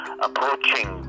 approaching